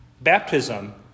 baptism